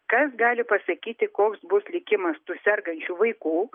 kas gali pasakyti koks bus likimas tų sergančių vaikų